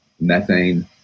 methane